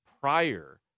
prior